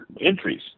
entries